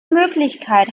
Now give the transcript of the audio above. möglichkeit